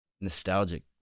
nostalgic